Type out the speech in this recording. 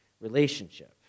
relationship